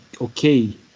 okay